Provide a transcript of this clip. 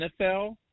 NFL